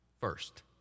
first